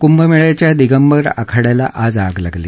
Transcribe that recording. कुभमेळ्याच्या दिगंबर आखाङ्याला आज आग लागली